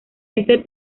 este